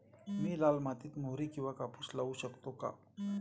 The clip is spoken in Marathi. मी लाल मातीत मोहरी किंवा कापूस लावू शकतो का?